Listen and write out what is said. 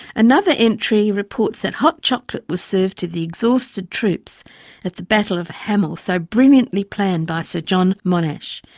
another entry reports that hot chocolate was served to the exhausted troops at the battle of hamel, so brilliantly planned by sir john monash.